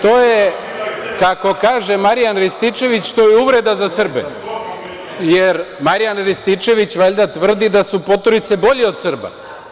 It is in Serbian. To je, kako kaže Marijan Rističević, to je uvreda za Srbe, jer Marijan Rističević valjda tvrdi da su poturice bolji od Srba.